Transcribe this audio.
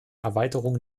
erweiterung